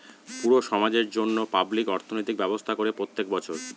পুরো সমাজের জন্য পাবলিক অর্থনৈতিক ব্যবস্থা করে প্রত্যেক বছর